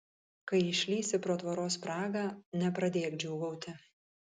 kai išlįsi pro tvoros spragą nepradėk džiūgauti